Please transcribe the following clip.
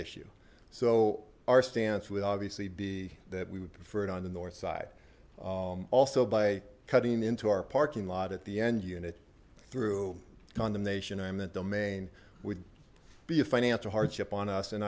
issue so our stance would obviously be that we would prefer it on the north side also by cutting into our parking lot at the end unit through condemnation i meant domain would be a financier hardship on us and